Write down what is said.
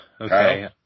Okay